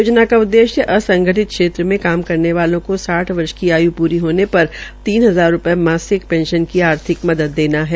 योजना का उददेश्य असंगठित क्षेत्र में काम करने वालों को साठ वर्ष की आयु पूरी होने पर तीन हजार रूपये मासिक पेंशन की आर्थिक मदद देना है